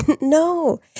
No